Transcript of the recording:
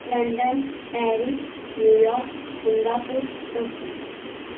London Paris New York Singapore Tokyo